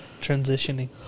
Transitioning